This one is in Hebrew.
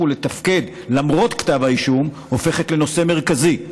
ולתפקד למרות כתב האישום הופכות בהן לנושא מרכזי.